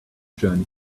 journey